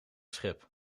schip